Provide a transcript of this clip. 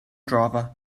driver